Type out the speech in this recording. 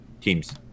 teams